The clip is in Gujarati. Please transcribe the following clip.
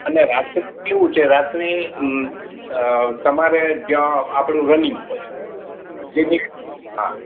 અને રાત્રે કેવું છે રાત્રે અ અ તમારે જ્યાં આપણું રનિંગ હોય જેથી હા